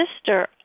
sister